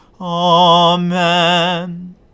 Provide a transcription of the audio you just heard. Amen